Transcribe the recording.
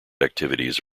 activities